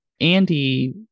Andy